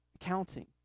accounting